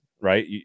right